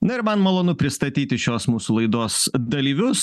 na ir man malonu pristatyti šios mūsų laidos dalyvius